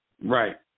Right